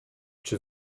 czy